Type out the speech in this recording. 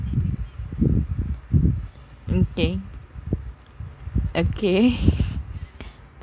okay okay